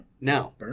Now